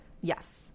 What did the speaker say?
Yes